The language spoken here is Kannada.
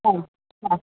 ಹಾಂ ಹಾಂ